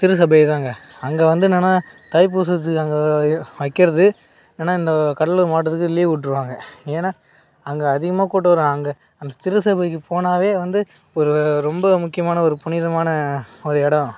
திருச்சபை தாங்க அங்கே வந்து என்னென்னா தைப்பூசத்துக்கு அங்கே வைக்கிறது என்னென்னா இந்த கடலூர் மாவட்டத்துக்கு லீவ் விட்ருவாங்க ஏன்னா அங்கே அதிகமாக கூட்டம் வரும் அங்கே அந்த திருச்சபைக்கு போனாவே வந்து ஒரு ரொம்ப முக்கியமான ஒரு புனிதமான ஒரு இடம்